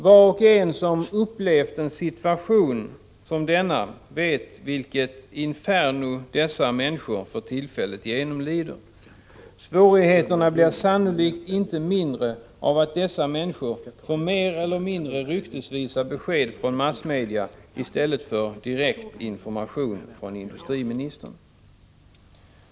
Var och en som upplevt en situation som denna vet vilket inferno dessa människor för tillfället genomlider. Svårigheterna blir sannolikt inte mindre av att de får mer eller mindre ryktesvisa besked via massmedia i stället för direkt information från industriministern.